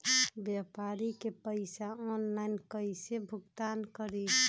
व्यापारी के पैसा ऑनलाइन कईसे भुगतान करी?